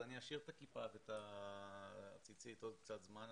אז אני אשאיר את הכיפה והציצית עוד קצת זמן,